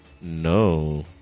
No